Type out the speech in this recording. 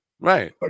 right